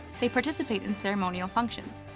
they participate in ceremonial functions,